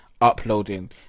uploading